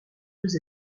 deux